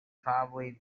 probably